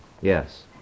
Yes